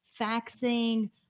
Faxing